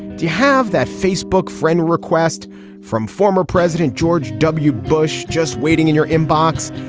do you have that facebook friend request from former president george w. bush just waiting in your inbox.